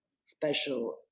special